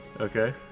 Okay